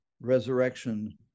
resurrection